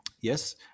Yes